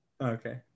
Okay